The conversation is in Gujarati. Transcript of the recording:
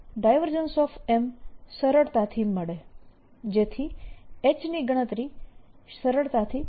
M સરળતાથી મળે જેથી H ની ગણતરી સરળતાથી થઇ શકશે